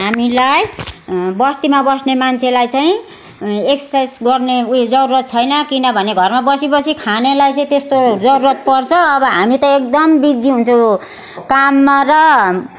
हामीलाई बस्तीमा बस्ने मान्छेलाई चाहिँ एक्सर्साइज गर्ने उयो जरुरत छैन किनभने घरमा बसी बसी खानेलाई चाहिँ त्यस्तो जरुरत पर्छ अब हामी त एकदम बिजी हुन्छौँ काममा र